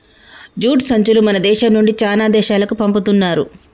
jute సంచులు మన దేశం నుండి చానా దేశాలకు పంపుతున్నారు